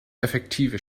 effektive